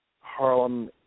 Harlem